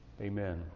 Amen